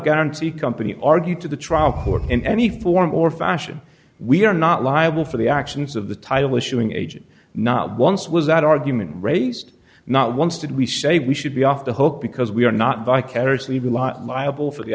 guarantee company argue to the trial court in any form or fashion we are not liable for the actions of the title issuing agent not once was that argument raised not once did we say we should be off the hook because we are not vicariously liable for the